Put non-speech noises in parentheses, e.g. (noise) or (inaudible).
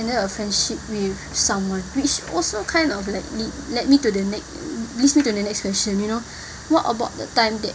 ended a friendship with someone which also kind of let me let me to the next leads me to the next question you know (breath) what about the time that